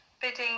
bidding